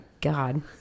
God